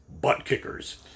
butt-kickers